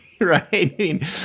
right